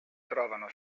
trovano